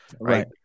Right